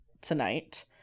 tonight